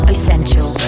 Essential